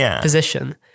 position